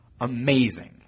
amazing